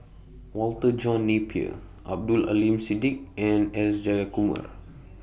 Walter John Napier Abdul Aleem Siddique and S Jayakumar